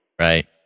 Right